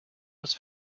was